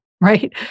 right